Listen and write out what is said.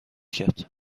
کرده